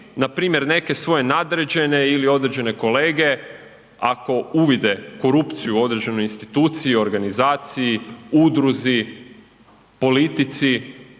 npr. neke svoje nadređene ili određene kolege ako uvide korupciju u određenoj instituciji, organizaciji, udruzi, politici.